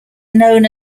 known